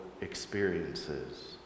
experiences